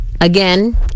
Again